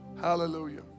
Hallelujah